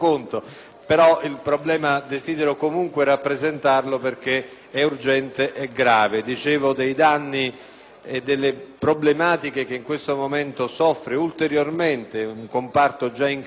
e delle problematiche che in questo momento soffre ulteriormente un comparto già in crisi, come quello dell'agricoltura, a seguito delle gravi avversità atmosferiche e delle copiose piogge degli ultimi giorni.